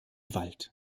wald